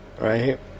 right